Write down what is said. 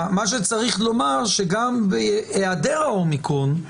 בהיעדר האומיקרון,